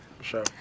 Sure